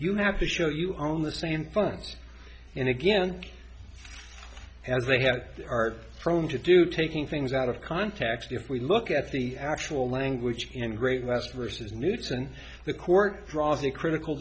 you have to show you are on the same funds and again as they have are prone to do taking things out of context if we look at the actual language in great last verses knutson the court draws the critical